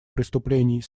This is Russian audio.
преступлений